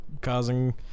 causing